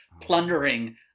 plundering